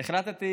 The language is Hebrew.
החלטתי